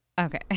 Okay